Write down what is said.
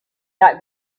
not